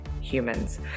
humans